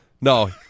No